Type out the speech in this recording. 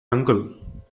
uncle